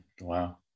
Wow